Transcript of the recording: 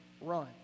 run